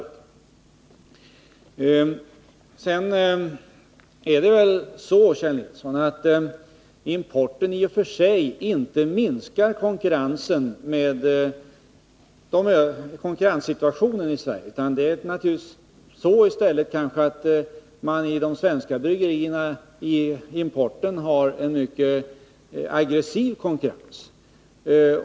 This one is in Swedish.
164 Importen minskar inte i och för sig konkurrensen i Sverige, Kjell Nilsson. I stället är det kanske så att de svenska bryggerierna i importen har en mycket aggressiv konkurrens.